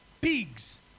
pigs